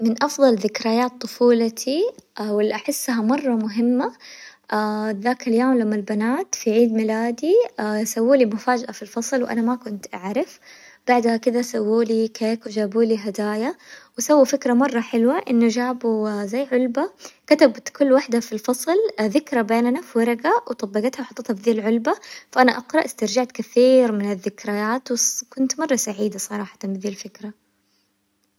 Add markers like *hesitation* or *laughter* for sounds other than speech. من أفظل ذكريات طفولتي واللي أحسها مرة مهمة، *hesitation* ذاك اليوم لما البنات في عيد ميلادي *hesitation* سوولي مفاجأة في الفصل وأنا ما كنت أعرف، بعدها كدة سوولي كيك وجابولي هدايا وسووا فكرة مرة حلوة، إنه جابوا *hesitation* زي علبة كتبت كل وحدة في الفصل ذكرى بيننا في ورقة وطبقتها وحطتها في ذي العلبة، فأنا أقرأ استرجعت كثير من الذكريات والص- وكنت مرة سعيدة صراحةً من ذي الفكرة.